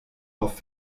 auf